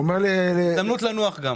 הזדמנות לנוח.